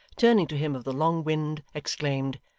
turning to him of the long wind, exclaimed,